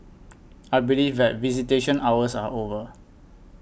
I believe that visitation hours are over